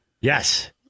Yes